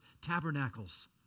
Tabernacles